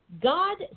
God